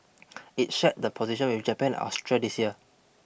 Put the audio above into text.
it shared the position with Japan and Austria this year